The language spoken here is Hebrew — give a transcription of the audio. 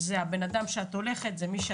אלא היא צריכה לדעת מי האדם שהיא צריכה ללכת אליו,